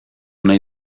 nahi